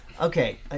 Okay